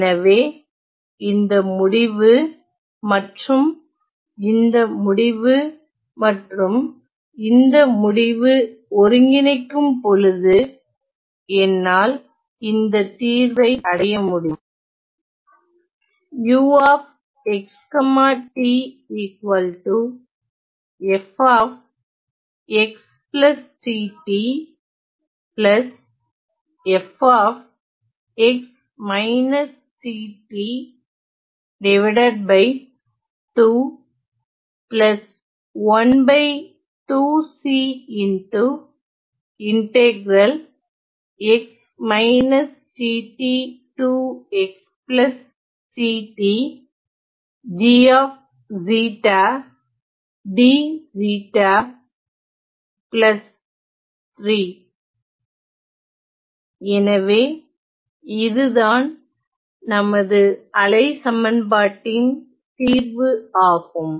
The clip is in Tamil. எனவே இந்த முடிவுமற்றும் இந்த முடிவு மற்றும் இந்த முடிவு ஒருங்கிணைக்கும்பொழுது என்னால் இந்த தீர்வை அடைய முடியும் எனவே இதுதான் நமது அலை சமன்பாட்டின் தீர்வு ஆகும்